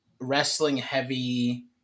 wrestling-heavy